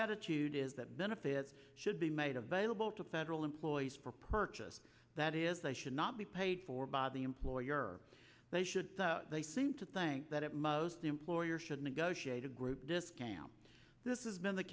attitude is that benefits should be made available to federal employees for purchase that is they should not be paid for by the employer they should they seem to think that at most the employer should negotiate a group discount this is been the